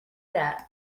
that